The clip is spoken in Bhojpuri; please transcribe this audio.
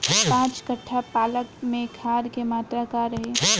पाँच कट्ठा पालक में खाद के मात्रा का रही?